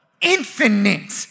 infinite